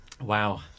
Wow